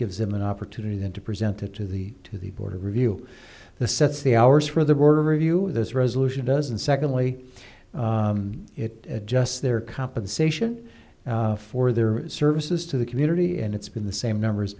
gives them an opportunity then to presented to the to the board of review the sets the hours for the board of review this resolution does and secondly it adjusts their compensation for their services to the community and it's been the same numbers